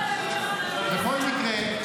אני לא מסכימה איתך ------ בכל מקרה,